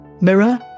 Mirror